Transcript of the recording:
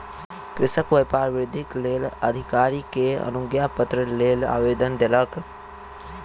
कृषक व्यापार वृद्धिक लेल अधिकारी के अनुज्ञापत्रक लेल आवेदन देलक